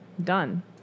Done